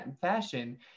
fashion